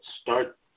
start